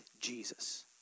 Jesus